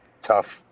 tough